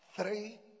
three